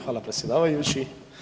Hvala predsjedavajući.